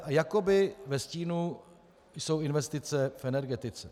A jakoby ve stínu jsou investice v energetice.